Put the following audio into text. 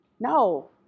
No